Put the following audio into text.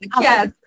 Yes